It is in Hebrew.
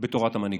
בתורת המנהיגות.